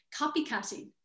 copycatting